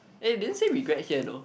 eh didn't say regret here though